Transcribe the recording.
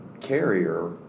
carrier